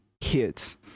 hits